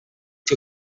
que